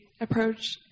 approach